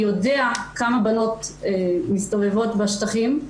יודע כמה בנות מסתובבות בשטחים.